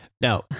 Now